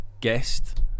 guest